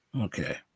Okay